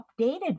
updated